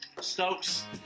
Stokes